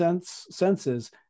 senses